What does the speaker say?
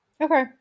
Okay